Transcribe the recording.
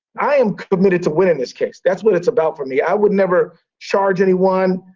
i am committed to winning this case. that's what it's about for me. i would never charge everyone.